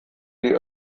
die